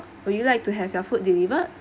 would you like to have your food delivered